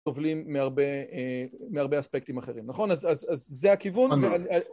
שסובלים מהרבה אספקטים אחרים נכון אז זה הכיוון